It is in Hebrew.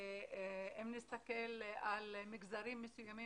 אם נסתכל על מגזרים מסוימים,